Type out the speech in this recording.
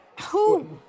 who-